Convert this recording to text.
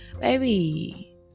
baby